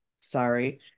sorry